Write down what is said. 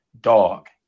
dog